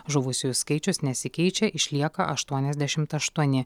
žuvusiųjų skaičius nesikeičia išlieka aštuoniasdešimt aštuoni